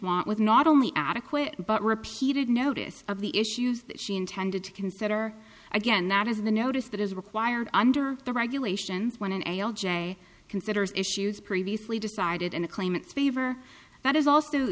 want with not only adequate but repeated notice of the issues that she intended to consider again that is the notice that is required under the regulations when an l j considers issues previously decided in a claimants favor that is also